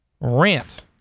rant